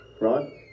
right